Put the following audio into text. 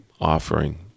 offering